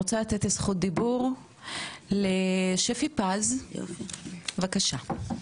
זכות דיבור לשפי פז, בבקשה.